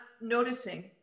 noticing